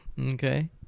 Okay